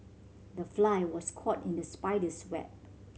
the fly was caught in the spider's web